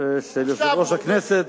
של יושב-ראש הכנסת.